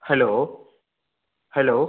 hello hello